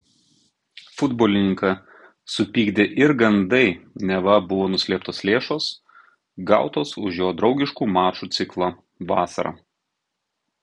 futbolininką supykdė ir gandai neva buvo nuslėptos lėšos gautos už jo draugiškų mačų ciklą vasarą